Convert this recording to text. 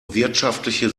wirtschaftliche